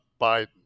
Biden